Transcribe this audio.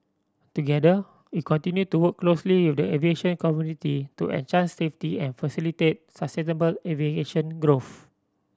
together we continue to work closely with the aviation community to enhance safety and facilitate sustainable aviation growth